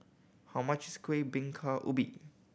how much is Kueh Bingka Ubi